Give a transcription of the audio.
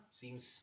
Seems